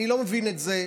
אני לא מבין את זה.